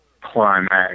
climax